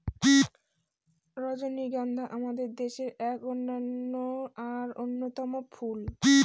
রজনীগন্ধা আমাদের দেশের এক অনন্য আর অন্যতম ফুল